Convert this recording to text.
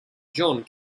john